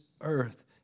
earth